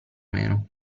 meno